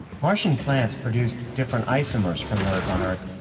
martian plants produced different isomers from those on earth.